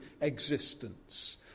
existence